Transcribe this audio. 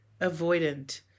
avoidant